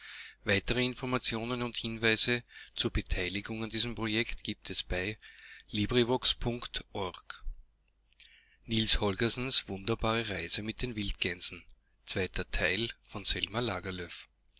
värmland gibt es